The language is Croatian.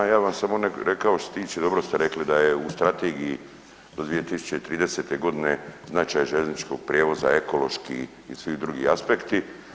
A ja bih vam samo rekao što se tiče, dobro ste rekli da je u strategiji do 2030.g. značaj željezničkog prijevoza ekološki i svi drugi aspekti.